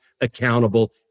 accountable